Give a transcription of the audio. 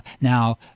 Now